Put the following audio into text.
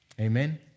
Amen